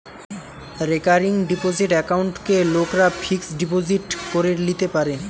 recurring deposit একাউন্টকে লোকরা fixed deposit করে লিতে পারে